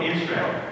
Israel